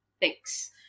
Thanks